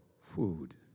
food